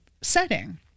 setting